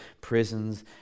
prisons